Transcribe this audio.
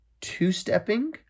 two-stepping